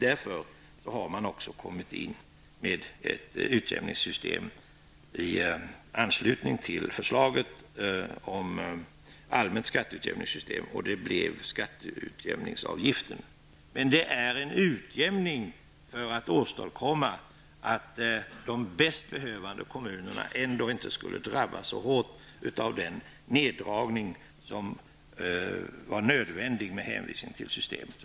Därför har man infört ett utjämningssystem i anslutning till förslaget om allmänt skatteutjämningssystem, nämligen skatteutjämningsavgiften. Men det är en utjämning för att åstadkomma att de bäst behövande kommunerna ändå inte drabbas så hårt av den neddragning som var nödvändig med hänvisning till systemet.